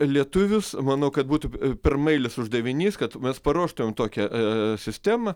lietuvius manau kad būtų pirmaeilis uždavinys kad mes paruoštum tokią aa sistemą